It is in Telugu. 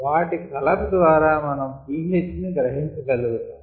వాటి కలర్ ద్వారా మనం pH ని గ్రహించ గలుగుతాము